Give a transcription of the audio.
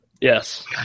Yes